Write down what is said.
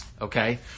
Okay